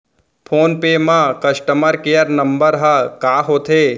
Phone पे म customer care number ह का होथे?